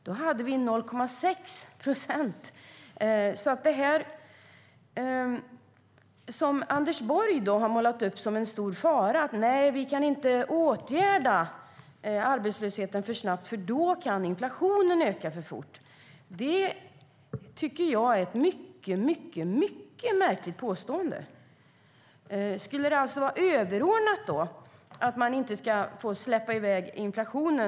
Då hade vi 0,6 procent. Anders Borg målar upp en stor fara och säger: Vi kan inte åtgärda arbetslösheten för fort, för då kan inflationen öka för fort. Det är ett mycket märkligt påstående. Är det överordnat att inte släppa i väg inflationen?